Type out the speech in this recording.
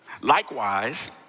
Likewise